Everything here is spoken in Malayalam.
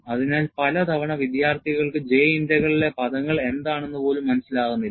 അതിനാൽ പലതവണ വിദ്യാർത്ഥികൾക്ക് J ഇന്റഗ്രലിലെ പദങ്ങൾ എന്താണെന്ന് പോലും മനസ്സിലാകുന്നില്ല